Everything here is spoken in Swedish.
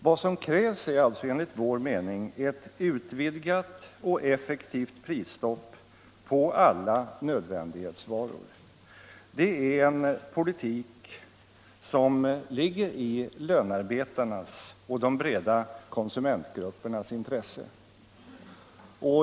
Vad som krävs är alltså enligt vår mening ett utvidgat och effektivt prisstopp på alla nödvändighetsvaror. Det är en politik som ligger i lönarbetarnas och de breda konsumentgruppernas intresse.